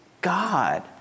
God